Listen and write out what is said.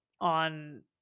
on